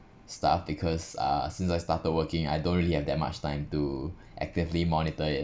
stuff because(uh) since I started working I don't really have that much time to actively monitor it